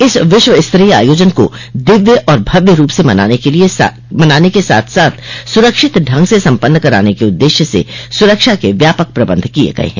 इस विश्वस्तरीय आयोजन को दिव्य और भव्य रूप से मनाने के साथ साथ सुरक्षित ढंग से सम्पन्न कराने के उद्देश्य से सुरक्षा के व्यापक प्रबंध किये गये हैं